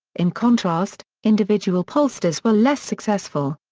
in contrast, individual pollsters were less successful.